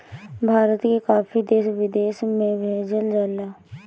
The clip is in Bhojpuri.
भारत के काफी देश विदेश में भेजल जाला